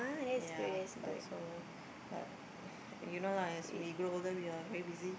ya but so but you know lah as we grow older we are very busy